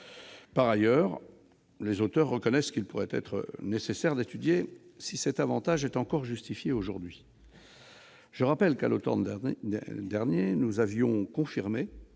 Par ailleurs, les auteurs du texte reconnaissent qu'il pourra être nécessaire d'étudier si cet avantage est encore justifié aujourd'hui. Je rappelle que, à l'automne dernier, nous avions confirmé